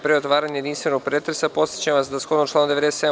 Pre otvaranja jedinstvenog pretresa, podsećam vas da, shodno članu 97.